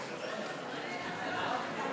לא נתקבלה.